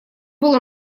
был